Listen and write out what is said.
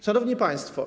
Szanowni Państwo!